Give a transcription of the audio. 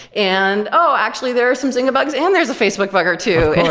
and oh, actually there are some zynga bugs and there's a facebook bug or two.